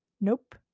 Nope